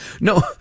No